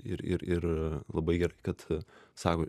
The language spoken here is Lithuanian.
ir ir labai gerai kad sako